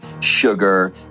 sugar